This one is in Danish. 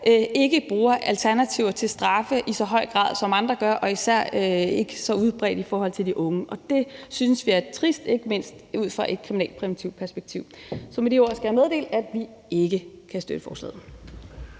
ikke bruger alternativer til straf i så høj grad, som andre gør, og det er især ikke så udbredt i forhold til de unge. Det synes vi er trist, ikke mindst ud fra et kriminalpræventivt perspektiv. Med de ord skal jeg meddele, at vi ikke kan støtte forslaget.